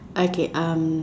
okay um